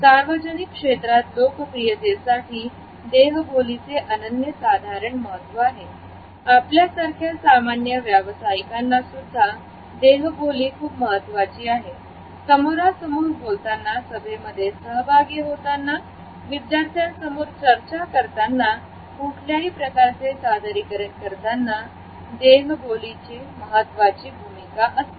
सार्वजनिक क्षेत्रात लोकप्रियतेसाठी देहबोलीचे अनन्यसाधारण महत्त्व आहे आपल्यासारख्या सामान्य व्यावसायिकांना सुद्धा देहबोली खूप महत्त्वाची आहे समोरा समोर बोलताना सभेमध्ये सहभागी होताना विद्यार्थ्यांसमोर चर्चा करताना कुठल्याही प्रकारचे सादरीकरण करताना देहबोली महत्त्वाची भूमिका पार करते